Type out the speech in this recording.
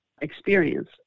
experience